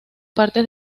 partes